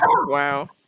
Wow